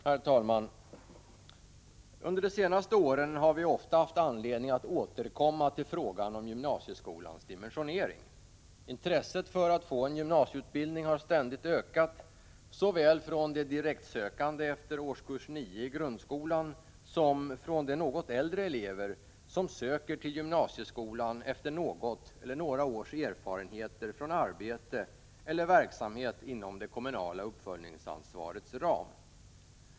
Herr talman! Under de senaste åren har vi ofta haft anledning att återkomma till frågan om gymnasieskolans dimensionering. Intresset för att få en gymnasieutbildning har ständigt ökat, såväl från de direktsökande efter årskurs 9 i grundskolan som från de något äldre elever som söker till gymnasieskolan efter något eller några års erfarenheter från arbete eller verksamhet inom det kommunala uppföljningsansvarets ram.